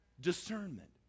Discernment